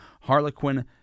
Harlequin